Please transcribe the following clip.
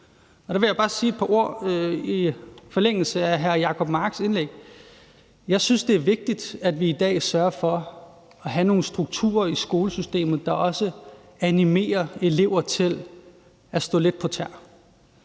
jeg bare sige et par ord i forlængelse af hr. Jacob Marks indlæg. Jeg synes, det er vigtigt, at vi i dag sørger for at have nogle strukturer i skolesystemet, der også animerer elever til at stå lidt på tæer.